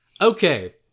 Okay